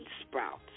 sprouts